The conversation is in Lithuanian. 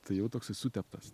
tai jau toksai suteptas